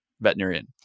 veterinarian